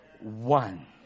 one